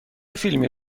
فیلمی